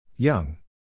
Young